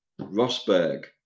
Rosberg